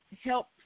help